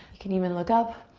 you can even look up.